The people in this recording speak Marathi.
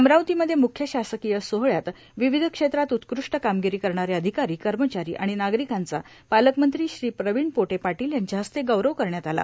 अमरावतीमध्ये मुख्य शासकीय सोहळ्यात विविध क्षेत्रात उत्कृष्ट कामगिरी करणारे अधिकारी कर्मचारी आणि नागरिकांचा पालकमंत्री श्री प्रवीण पोटे पादील यांच्या हस्ते गौरव करण्यात आला